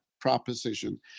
proposition